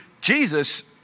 Jesus